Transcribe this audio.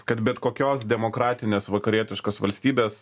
kad bet kokios demokratinės vakarietiškos valstybės